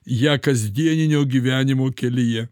ją kasdieninio gyvenimo kelyje